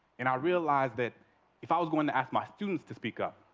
and i realize that if i was going to ask my students to speak up,